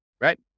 right